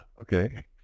okay